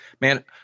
man